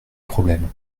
problème